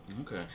Okay